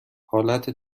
حالت